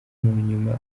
munyuma